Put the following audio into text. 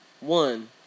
One